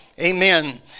Amen